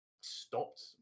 stopped